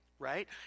Right